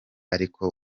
ariko